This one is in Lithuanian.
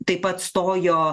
taip pat stojo